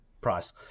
price